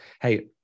hey